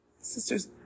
sisters